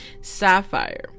sapphire